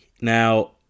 Now